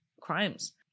crimes